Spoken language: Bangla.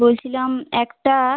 বলছিলাম একটা